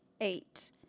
eight